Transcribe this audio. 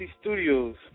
Studios